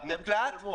וזה מוקלט,